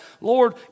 Lord